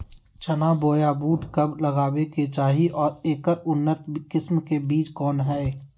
चना बोया बुट कब लगावे के चाही और ऐकर उन्नत किस्म के बिज कौन है?